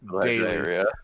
daily